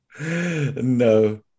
No